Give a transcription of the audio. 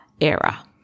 era